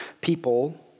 people